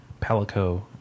Palico